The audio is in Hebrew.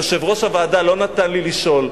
יושב-ראש הוועדה לא נתן לי לשאול,